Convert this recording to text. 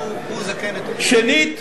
שנית,